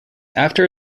after